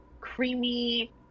creamy